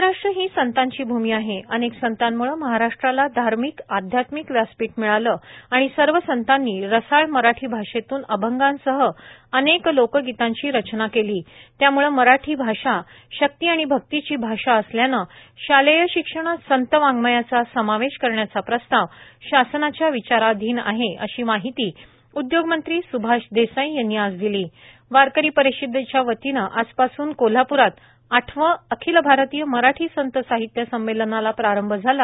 महाराष्ट्र ही संतांची भूमी आहे अनेक संतांमुळे महाराष्ट्राला धार्मिक अध्यात्मिक व्यासपीठ मिळाले आणि सर्व संतांनी रसाळ मराठी आषेतून अअंगा सह अनेक लोकगीतांची रचना केली आहे त्यामुळे मराठी भाषा शक्ती आणि अक्ती ची आषा असल्याने शालेय शिक्षणात संत वांगमयाचा समावेश करण्याचा प्रस्ताव शासनाच्या विचाराधीन आहे अशी माहिती उद्योग मंत्री सुआष देसाई यांनी आज दिली वारकरी परिषदेच्यावतीने आजपासून कोल्हाप्रात आठवे अखिल आरतीय मराठी संत साहित्य संमेलनाला प्रारंभ झाला